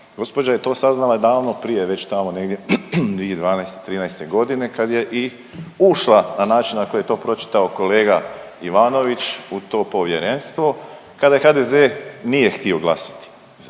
Gđa je to saznala davno prije već tamo negdje 2012., '13. g. kad je i ušla na način na koji je to pročitao kolega Ivanović u to povjerenstvo kada je HDZ nije htio glasati